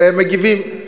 ומגיבים.